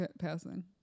passing